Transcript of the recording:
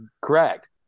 Correct